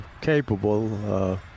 capable